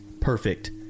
perfect